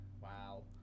Wow